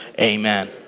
Amen